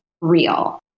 real